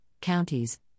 counties